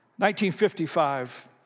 1955